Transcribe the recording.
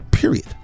Period